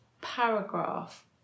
paragraph